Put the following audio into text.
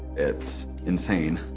it's insane,